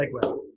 segue